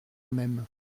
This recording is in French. même